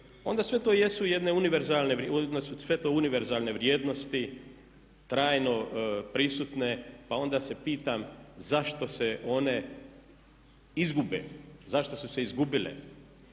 to jesu jedne univerzalne vrijednosti trajno prisutne pa onda se pitam zašto se one izgube,